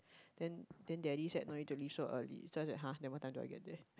then then daddy said no need to leave so early so I said !huh! then what time do I get there